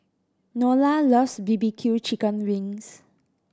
Nola loves B B Q chicken wings